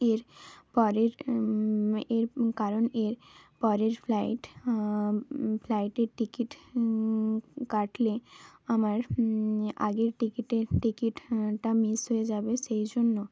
এর পরের এর কারণ এর পরের ফ্লাইট ফ্লাইটের টিকিট কাটলে আমার আগের টিকিটের টিকিটটা মিস হয়ে যাবে সেই জন্য